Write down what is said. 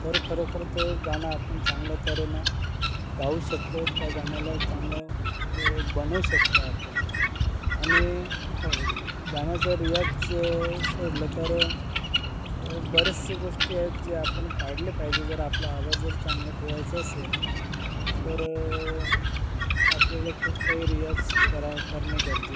तर खरोखर तो गाणं आपण चांगल्या तऱ्हेनं गाऊ शकतो त्या गाण्याला चांगलं बनवू शकतो आपण आणि हो गाण्याचा रियाज सोडलं तर बरेचशे गोष्टी आहेत जे आपण पाळले पाहिजे जर आपला आवाज जर चांगलं ठेवायचं असेल तर आपल्याला खूप काही रियाज करा करणे गरजे